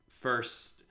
First